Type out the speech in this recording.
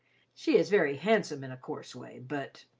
she is very handsome in a coarse way, but,